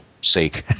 sake